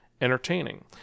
entertaining